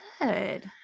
Good